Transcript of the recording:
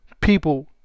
People